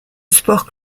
sport